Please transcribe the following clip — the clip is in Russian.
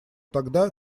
тогда